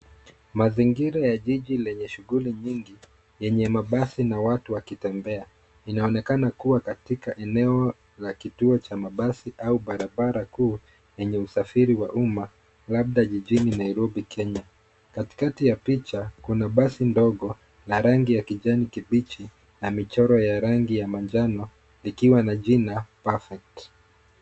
Mazingira ya jiji lenye shughuli nyingi yenye mabasi na watu wakitembea. Inaonekana kuwa katika eneo la kituo cha mabasi au barabra kuu yenye usafiri wa umma, labda jijini Nairobi, Kenya. Katikati ya picha kuna basi ndogo la rangi ya kijani kibichi na michoro ya rangi ya manjano likiwa na jina perfect .